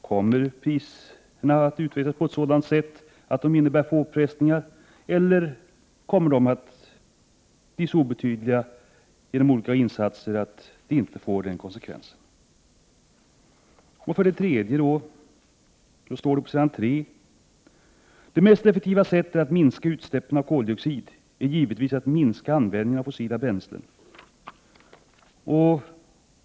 Kommer priserna att utvecklas på ett sådant sätt att de innebär påfrestningar eller kommer de att genom olika insatser bli så obetydliga att de inte får den konsekvensen? För det tredje säger statsrådet att ”det mest effektiva sättet att minska utsläppen av koldioxid givetvis är att minska användningen av fossila bränslen”.